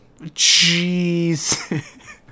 Jeez